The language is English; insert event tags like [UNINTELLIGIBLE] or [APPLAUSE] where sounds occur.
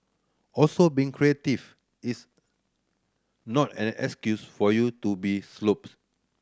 also being creative is not an excuse for you to be [UNINTELLIGIBLE]